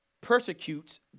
persecutes